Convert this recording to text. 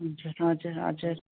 हुन्छ हजुर हजुर